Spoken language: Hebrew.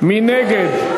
מי נגד?